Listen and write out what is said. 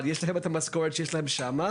אבל יש להם את המשכורת שיש להם שם,